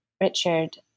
Richard